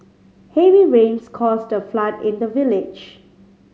heavy rains caused a flood in the village